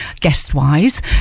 guest-wise